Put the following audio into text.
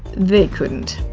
they couldn't.